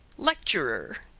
lecturer,